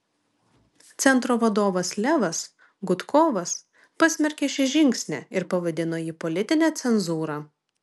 centro vadovas levas gudkovas pasmerkė šį žingsnį ir pavadino jį politine cenzūra